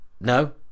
no